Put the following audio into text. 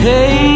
Hey